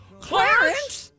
Clarence